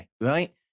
right